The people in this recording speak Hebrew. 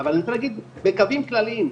אבל אני רוצה להגיד בקווים כלליים,